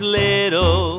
little